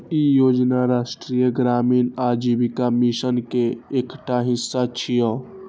ई योजना राष्ट्रीय ग्रामीण आजीविका मिशन के एकटा हिस्सा छियै